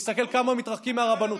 תסתכל כמה מתרחקים מהרבנות.